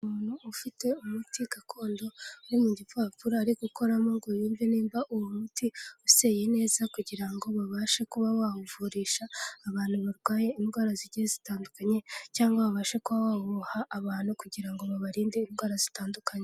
Umuntu ufite umuti gakondo uri mu gipapuro, ari gukoramo ngo yimve nimba uwo muti useye neza kugira ngo babashe kuba bawuvurisha abantu barwaye indwara zigiye zitandukanye cyangwa babashe kuba bawuha abantu kugira ngo babarinde indwara zitandukanye.